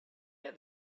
get